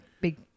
big